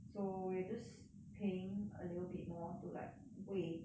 so you're just paying a little bit more to like 为